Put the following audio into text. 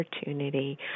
opportunity